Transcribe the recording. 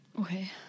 Okay